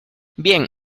bien